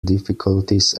difficulties